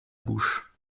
bouche